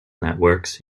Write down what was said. networks